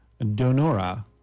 donora